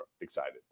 excited